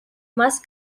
más